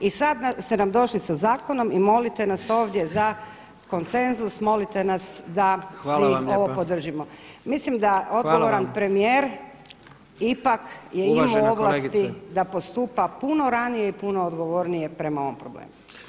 I sad ste nam došli sa zakonom i molite nas ovdje za konsenzus, molite nas da svi ovo podržimo [[Upadica Jandroković: Hvala lijepa.]] Mislim da odgovoran premijer ipak je imao ovlasti da postupa [[Upadica Jandroković: Uvažena kolegice.]] puno ranije i puno odgovornije prema ovom problemu.